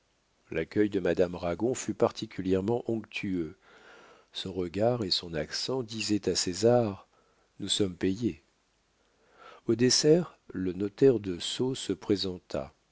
l'accueil de madame ragon fut particulièrement onctueux son regard et son accent disaient à césar nous sommes payés au dessert le notaire de sceaux se présenta